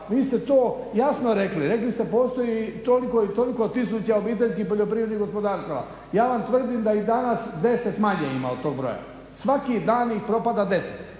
Vi ste to jasno rekli, rekli ste postoji toliko i toliko tisuća obiteljskih poljoprivrednih gospodarstava. Ja vam tvrdim da i danas 10 manje ima od tog broja. Svaki dan ih propada 10.